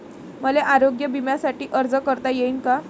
मले आरोग्य बिम्यासाठी अर्ज करता येईन का?